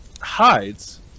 hides